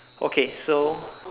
okay so